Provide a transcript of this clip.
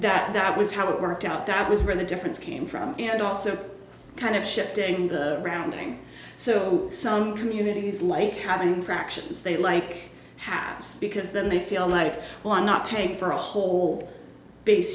that was how it worked out that was where the difference came from and also kind of shifting the grounding so some communities like having infractions they like happens because then they feel like well i'm not paying for a whole base